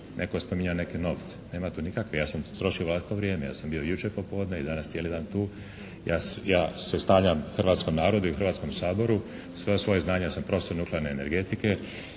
netko je spominjao neke novce, nema tu nikakvih, ja sam trošio vlastito vrijeme. Ja sam bio jučer popodne i danas cijeli dan. Ja se stavljam hrvatskom narodu i Hrvatskom saboru sva svoja znanja, ja sam profesor nuklearne energetike